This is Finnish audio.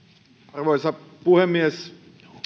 arvoisa puhemies